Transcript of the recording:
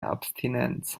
abstinenz